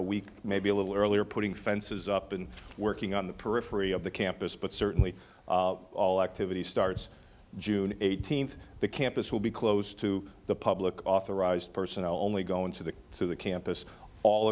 a week maybe a little earlier putting fences up and working on the periphery of the campus but certainly all activities starts june th the campus will be closed to the public authorized personnel only going to the through the campus all